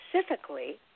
specifically